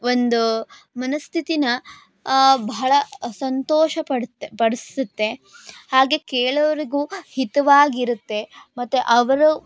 ಒಂದೂ ಮನಸ್ಥಿತಿನ ಬಹಳ ಸಂತೋಷ ಪಡುತ್ತೆ ಪಡಿಸುತ್ತೆ ಹಾಗೆ ಕೇಳೋರಿಗು ಹಿತವಾಗಿರುತ್ತೆ ಮತ್ತೆ ಅವರು